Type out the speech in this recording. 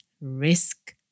risk